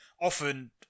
often